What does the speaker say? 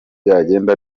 bizagenda